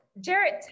Jared